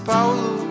Paulo